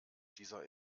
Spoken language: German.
dieser